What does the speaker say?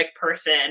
person